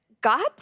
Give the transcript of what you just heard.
God